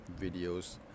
videos